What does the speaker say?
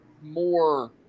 more –